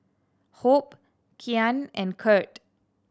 Hope Kyan and Curt